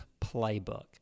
playbook